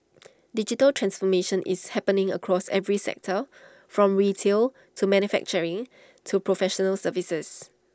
digital transformation is happening across every sector from retail to manufacturing to professional services